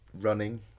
running